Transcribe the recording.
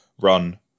Run